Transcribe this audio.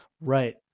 Right